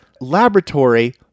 laboratory